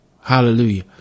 Hallelujah